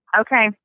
Okay